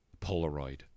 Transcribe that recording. Polaroid